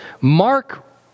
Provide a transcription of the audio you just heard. Mark